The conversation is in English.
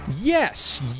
Yes